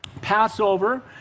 Passover